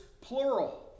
plural